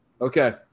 Okay